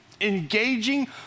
engaging